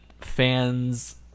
fans